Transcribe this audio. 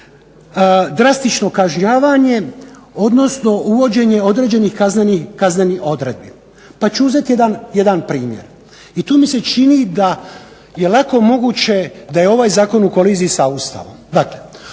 drastično kažnjavanje, odnosno uvođenje određenih kaznenih odredbi, pa ću uzeti jedan primjer. I tu mi se čini da je lako moguće da je ovaj zakon u koliziji sa Ustavom.